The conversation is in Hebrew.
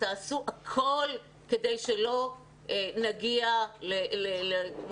תעשו הכול כדי שלא נגיע למראות שלא היינו רוצים לראות,